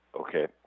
Okay